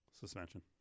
suspension